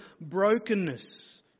brokenness